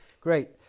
Great